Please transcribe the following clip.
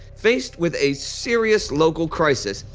faced with a serious local crisis,